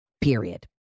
period